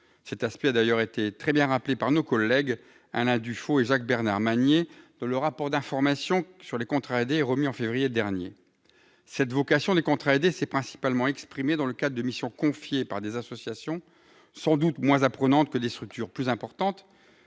Cet aspect a d'ailleurs été très bien rappelé par nos collègues Alain Dufaut et Jacques-Bernard Magner dans leur rapport d'information sur les contrats aidés, remis en février dernier. Cette vocation des contrats aidés s'est principalement exprimée dans le cadre des missions confiées par des associations, sans doute moins « apprenantes » que des structures plus importantes,